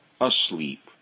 asleep